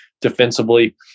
Defensively